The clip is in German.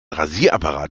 rasierapparat